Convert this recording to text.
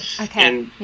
Okay